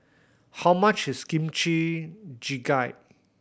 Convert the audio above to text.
how much is Kimchi Jjigae